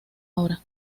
hora